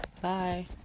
Bye